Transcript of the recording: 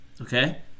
Okay